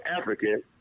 African